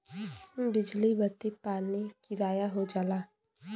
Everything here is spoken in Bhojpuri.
बिजली बत्ती पानी किराया हो जाला